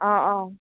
অঁ অঁ